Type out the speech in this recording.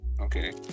okay